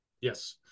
Yes